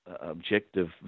objective